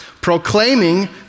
proclaiming